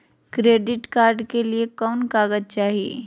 Credit card के लिए कौन कागज चाही?